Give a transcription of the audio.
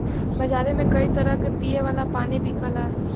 बजारे में कई तरह क पिए वाला पानी बिकला